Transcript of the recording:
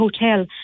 hotel